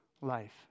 life